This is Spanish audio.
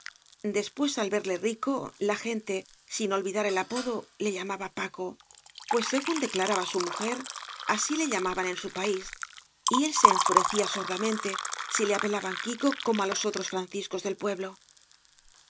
después al verle rico la gente sin olvidar el apodo le llamaba paco pues según declaraba su mujer así le llamaban en su país y él se enfurecía sordamente si le apelaban quico como á los otros franciscos del pueblo